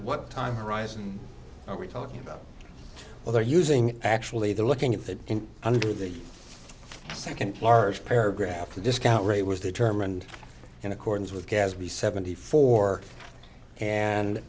what time horizon are we talking about well they're using actually they're looking at that and under the second large paragraph the discount rate was determined in accordance with gadsby seventy four and